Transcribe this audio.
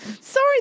Sorry